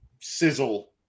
sizzle